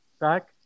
Back